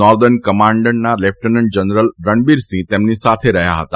northern કમાન્ડના lieutenant general Ranbir Singh તેમની સાથે રહ્યા હતા